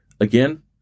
Again